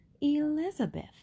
Elizabeth